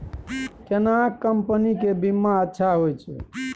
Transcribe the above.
केना कंपनी के बीमा अच्छा होय छै?